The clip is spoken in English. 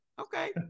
okay